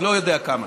לא יודע כמה,